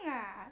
ya